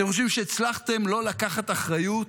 אתם חושבים שהצלחתם לא לקחת אחריות